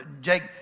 Jake